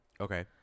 okay